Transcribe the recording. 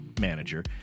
manager